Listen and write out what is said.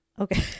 Okay